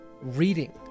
reading